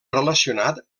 relacionat